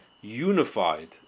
unified